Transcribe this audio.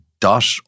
dot